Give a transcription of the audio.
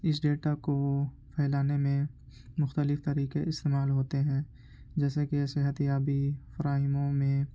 اس data کو پھیلانے میں مختلف طریقے استعمال ہوتے ہیں جیسے کہ صحت یابی فراہمیوں میں